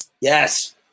Yes